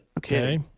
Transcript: Okay